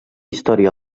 història